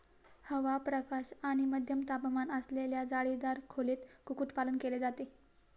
हवा, प्रकाश आणि मध्यम तापमान असलेल्या जाळीदार खोलीत कुक्कुटपालन केले जाते